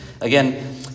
Again